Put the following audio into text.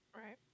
Right